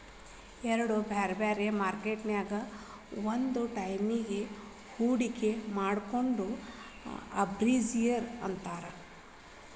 ಎರಡ್ ಬ್ಯಾರೆ ಬ್ಯಾರೆ ಮಾರ್ಕೆಟ್ ನ್ಯಾಗ್ ಒಂದ ಟೈಮಿಗ್ ಹೂಡ್ಕಿ ಮಾಡೊದಕ್ಕ ಆರ್ಬಿಟ್ರೇಜ್ ಅಂತಾರ